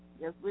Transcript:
Yes